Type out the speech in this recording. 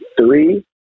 three